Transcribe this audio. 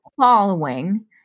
following